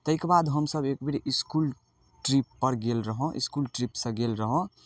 तै के बाद हमसब एक बेर इसकुल ट्रिपपर गेल रहौं इसकुल ट्रिपसँ गेल रहौं